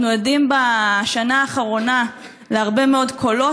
אנחנו עדים בשנה האחרונה להרבה מאוד קולות